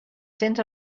cents